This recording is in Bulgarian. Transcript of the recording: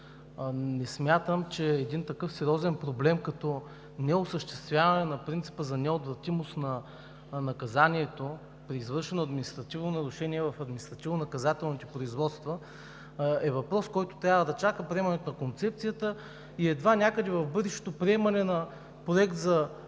Не смятам, че един такъв сериозен проблем като неосъществяване на принципа за необратимост на наказанието при извършено административно нарушение в административнонаказателните производства е въпрос, който трябва да чака приемането на концепцията и едва някъде в бъдещото приемане на Проект за